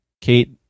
Kate